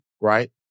right